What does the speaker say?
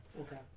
Okay